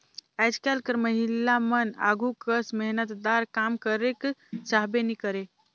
आएज काएल कर महिलामन आघु कस मेहनतदार काम करेक चाहबे नी करे